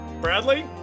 bradley